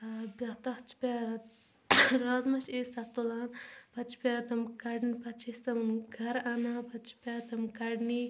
ٲں تتھ تتھ چھِ پیٚوان رازٕمہ چھِ أسۍ تتھ تُلان پتہٕ چھِ پیٚوان تِم کڑٕنۍ پتہٕ چھِ أسۍ تِم گرٕ انان پتہٕ چھِ تِم پیٚوان کڑنہِ